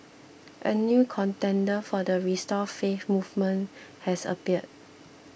a new contender for the restore faith movement has appeared